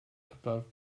above